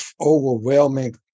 overwhelming